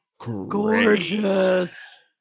gorgeous